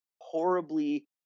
horribly